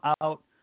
out